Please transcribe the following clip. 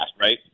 right